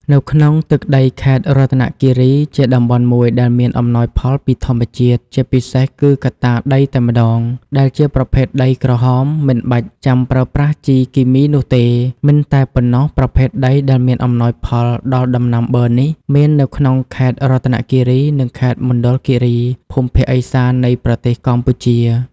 នៅក្នុងទឹកដីខេត្តរតនគិរី ជាតំបន់មួយដែលមានអំណោយផលពីធម្មជាតិ ជាពិសេសគឺកត្តាដីតែម្តង ដែលជាប្រភេទដីក្រហម មិនបាច់ចាំប្រើប្រាស់ជីគីមីនោះទេ មិនតែប៉ុណ្ណោះប្រភេទដីដែលមានអំណោយផលដល់ដំណាំប័រនេះ មាននៅក្នុងខេត្តរតនគិរី និងខេត្តមណ្ឌលគិរី ភូមិភាគឦសាន នៃប្រទេសកម្ពុជា។